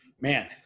Man